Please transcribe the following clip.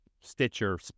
Stitcher